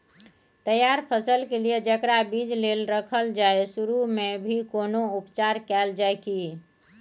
तैयार फसल के लिए जेकरा बीज लेल रखल जाय सुरू मे भी कोनो उपचार कैल जाय की?